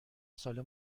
ساله